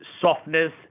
softness